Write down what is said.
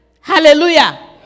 Hallelujah